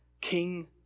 King